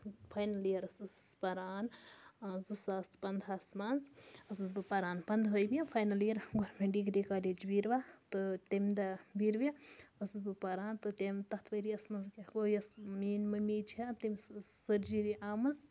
final یِیَرَس ٲسٕس پَران زٕ ساس تہٕ پنٛدہَس منٛز ٲسٕس بہٕ پَران پنٛدۂیمہِ final year government degree college Beerwah تہٕ تمہِ دۄہ بیٖروِ ٲسٕس بہٕ پَران تہٕ تمہِ تَتھ ؤرۍیَس منٛز کیٛاہ گوٚو یۄس میٛٲنۍ مٔمی چھےٚ تٔمِس ٲس سٔرجِری آمٕژ